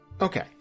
Okay